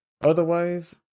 otherwise